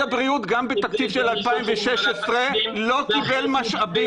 הבריאות גם בתקציב של 2016 לא קיבל משאבים.